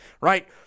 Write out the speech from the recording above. right